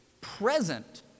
present